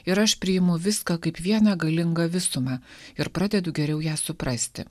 ir aš priimu viską kaip vieną galingą visumą ir pradedu geriau ją suprasti